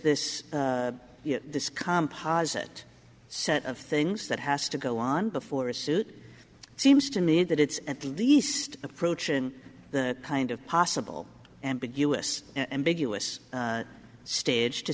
there is this this composite set of things that has to go on before a suit seems to me that it's at the least approach in the kind of possible ambiguous ambiguous stage to